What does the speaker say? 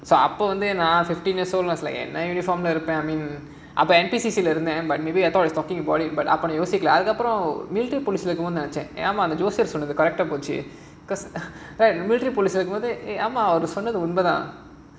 அப்போ வந்து நான்:appo vandhu naan fifteen years old என்ன:enna uniform leh இருப்பேன்:iruppaen I thought is talking about it but அப்போ நான் யோசிக்கல அப்புறம் நான் யோசிச்சேன் ஏன்மா அந்த ஜோசியக்காரர் சொன்னது:appo naan yosikala appuram naan yosichaen yaenmaa andha josiyakaarar sonnathu correct ah போய்டுச்சு:poyiduchu